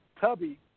Tubby